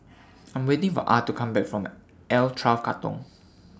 I Am waiting For Ah to Come Back from L twelve Katong